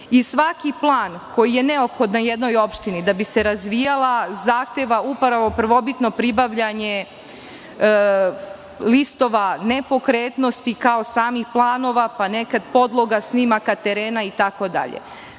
Svaki plan koji je neophodan jednoj opštini da bi se razvijala zahteva upravo prvobitno pribavljanje listova nepokretnosti, kao i samih planova, pa nekada podloga, snimaka terena itd.